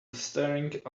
staring